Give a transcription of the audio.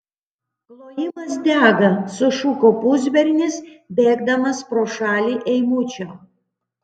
klojimas dega sušuko pusbernis bėgdamas pro šalį eimučio